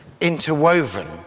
interwoven